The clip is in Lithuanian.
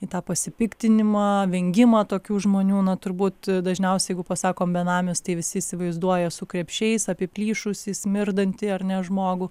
į tą pasipiktinimą vengimą tokių žmonių na turbūt dažniausiai jeigu pasakom benamis tai visi įsivaizduoja su krepšiais apiplyšusį smirdantį ar ne žmogų